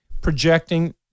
projecting